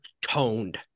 toned